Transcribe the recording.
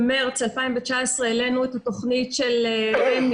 במארס 2019 העלינו את התכנית של רשות